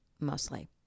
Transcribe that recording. mostly